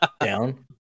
down